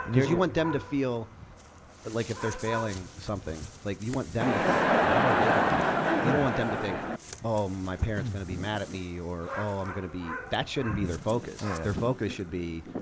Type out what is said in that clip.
you want them to feel like, if they're failing at something like you want them to feel it and how are they gonna get out of it, you don't want them to think oh, my parents gonna be mad at me or oh i'm gonna be. that shouldn't be their focus, their focus should be,